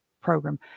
program